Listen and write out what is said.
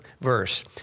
verse